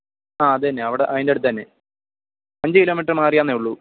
ആ അത് തന്നെ അവിടെ അതിൻ്റെ അടുത്ത് അഞ്ചു കിലോമീറ്റർ മാറിയാണെന്നേ ഉള്ളു